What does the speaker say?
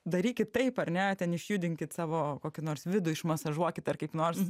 darykit taip ar ne ten išjudinkit savo kokį nors vidų išmasažuokit ar kaip nors